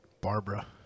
Barbara